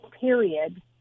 period